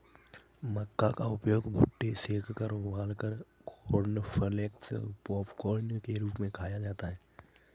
मक्का का उपयोग भुट्टे सेंककर उबालकर कॉर्नफलेक्स पॉपकार्न के रूप में खाया जाता है